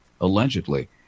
allegedly